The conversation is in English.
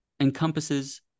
encompasses